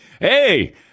hey